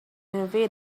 envy